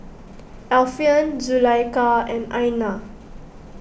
Alfian Zulaikha and Aina